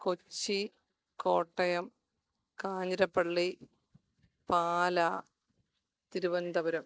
Kochi Kottayam Kanjirappally Pala Thiruvananthapuram